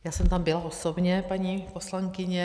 Já jsem tam byla osobně, paní poslankyně.